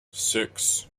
six